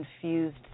confused